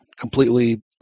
completely